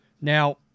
now